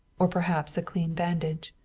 or perhaps a clean bandage.